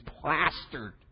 plastered